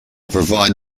provide